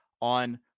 on